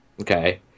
Okay